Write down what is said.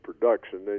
production